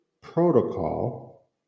protocol